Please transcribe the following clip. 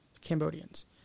Cambodians